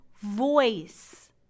voice